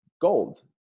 gold